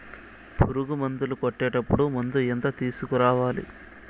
పులుగు మందులు కొట్టేటప్పుడు మందు ఎంత తీసుకురావాలి?